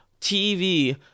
TV